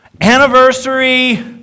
anniversary